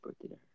birthday